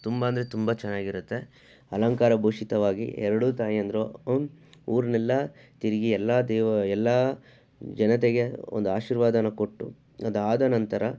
ತುಂಬ ಅಂದರೆ ತುಂಬ ಚೆನ್ನಾಗಿರುತ್ತೆ ಅಲಂಕಾರಭೂಷಿತವಾಗಿ ಎರಡು ತಾಯಂದಿರು ಊರ್ನೆಲ್ಲ ತಿರುಗಿ ಎಲ್ಲ ದೇವ ಎಲ್ಲ ಜನತೆಗೆ ಒಂದು ಆಶೀರ್ವಾದನ ಕೊಟ್ಟು ಅದು ಆದ ನಂತರ